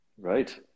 Right